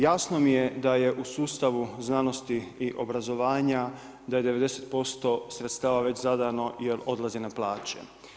Jasno mi je da je u sustavu znanosti i obrazovanja, da je 90% sredstava već zadano jer odlaze nam plaće.